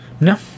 No